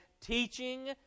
teaching